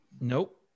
Nope